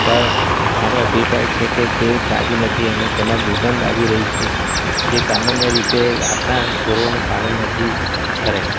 પર મારો અભિપ્રાય છે કે તે તાજું નથી અને તેમાં દુર્ગંધ આવી રહી છે તે સામાન્ય રીતે આપણાં ધોરણનું પાલન નથી કરે